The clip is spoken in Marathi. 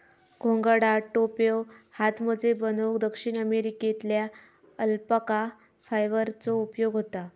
घोंगडा, टोप्यो, हातमोजे बनवूक दक्षिण अमेरिकेतल्या अल्पाका फायबरचो उपयोग होता